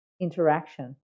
interaction